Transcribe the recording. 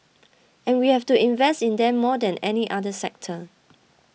and we have to invest in them more than any other sector